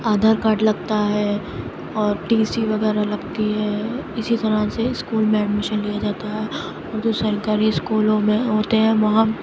Aadhaar card لگتا ہے اور ٹی سی وغیرہ لگتی ہے اسی طرح سے اسکول میں ایڈمیشن لیا جاتا ہے اور جو سرکاری اسکولوں میں ہوتے ہیں وہاں